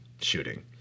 shooting